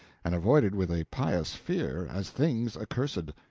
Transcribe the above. and avoided with a pious fear, as things accursed.